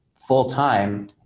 full-time